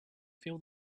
feel